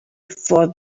for